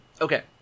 Okay